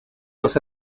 los